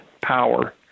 power